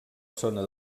zona